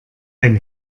ein